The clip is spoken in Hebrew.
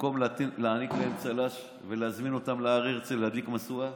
במקום להעניק להם צל"ש ולהזמין אותם להר הרצל להדליק משואה.